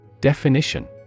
Definition